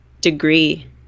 degree